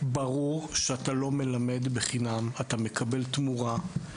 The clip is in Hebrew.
ברור שאתה לא מלמד חינם, אתה מקבל תמורה.